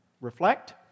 reflect